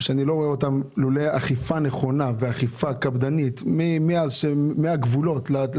ובנוסף, חייבים אכיפה נכונה וקפדנית, גם בגבולות,